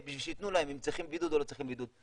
אם הם צריכים בידוד או לא צריכים בידוד.